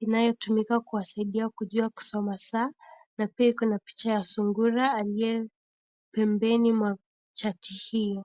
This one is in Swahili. inayo tumika kuwasaidia wa kujua kusoma saa. Na pia iko na picha ya sungura aliye pembeni mwa chati hiyo.